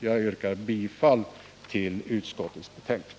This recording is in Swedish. Jag yrkar bifall till utskottets hemställan.